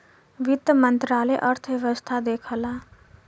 वित्त मंत्रालय अर्थव्यवस्था देखला